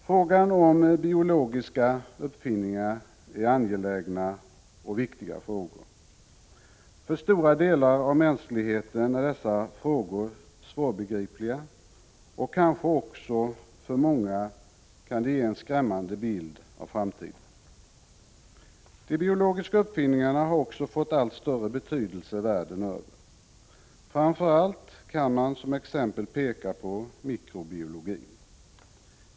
Frågan om biologiska uppfinningar är angelägen och viktig. För stora delar av mänskligheten är dessa svårbegripliga, och för många ger de kanske också en skrämmande bild av framtiden. De biologiska uppfinningarna har också fått allt större betydelse världen över. Framför allt kan man som exempel peka på mikrobiologin.